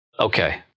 Okay